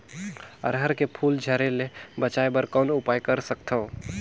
अरहर के फूल झरे ले बचाय बर कौन उपाय कर सकथव?